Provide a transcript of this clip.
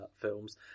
films